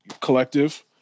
collective